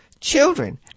children